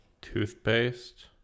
toothpaste